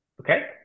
Okay